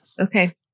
Okay